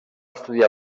estudiar